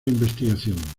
investigación